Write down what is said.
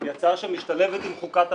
היא הצעה שמשתלבת עם חוקת הליכוד,